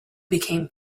became